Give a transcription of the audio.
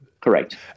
Correct